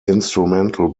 instrumental